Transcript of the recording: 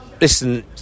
Listen